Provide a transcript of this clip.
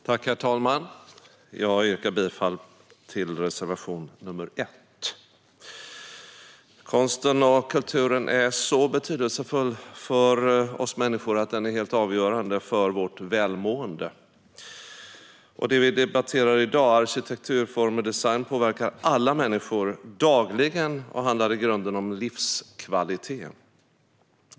Herr talman! Jag yrkar bifall till reservation nr 1. Konsten och kulturen är så betydelsefull för oss människor att den är helt avgörande för vårt välmående. Det vi debatterar i dag - arkitektur, form och design - påverkar alla människor dagligen och handlar i grunden om livskvalitet.